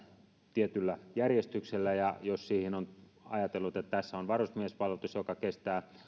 tietyn järjestyksen ja jos on ajatellut että tässä on varusmiespalvelus joka kestää